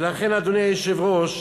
ולכן, אדוני היושב-ראש,